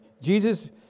Jesus